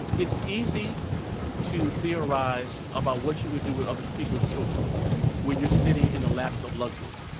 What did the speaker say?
it's easy to theorize about what you would do with other people's children when you're sitting in the lap of luxury.